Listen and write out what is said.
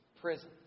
prison